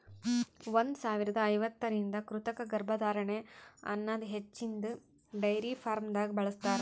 ಒಂದ್ ಸಾವಿರದಾ ಐವತ್ತರಿಂದ ಕೃತಕ ಗರ್ಭಧಾರಣೆ ಅನದ್ ಹಚ್ಚಿನ್ದ ಡೈರಿ ಫಾರ್ಮ್ದಾಗ್ ಬಳ್ಸತಾರ್